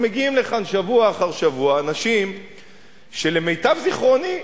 אבל מגיעים לכאן שבוע אחר שבוע אנשים שלמיטב זיכרוני,